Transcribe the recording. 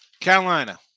Carolina